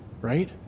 Right